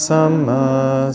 Sama